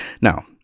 Now